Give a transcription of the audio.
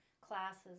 classes